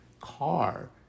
car